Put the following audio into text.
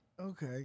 okay